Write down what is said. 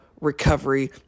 recovery